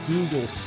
Google